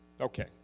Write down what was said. Okay